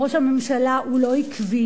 ראש הממשלה הוא לא עקבי,